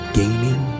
gaining